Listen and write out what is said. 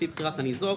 לפי בחירת הניזוק,